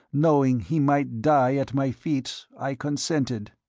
knowing he might die at my feet, i consented.